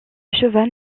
cheval